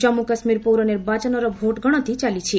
ଜମ୍ମୁ କାଶ୍ମୀର ପୌର ନିର୍ବାଚନର ଭୋଟଗଣତି ଚାଲିଛି